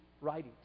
writings